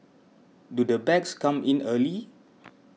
do the bags come in early